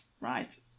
Right